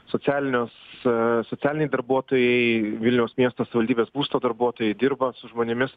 socialinius socialiniai darbuotojai vilniaus miesto savivaldybės būsto darbuotojai dirba su žmonėmis